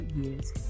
years